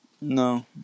No